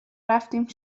رفتیم